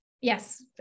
yes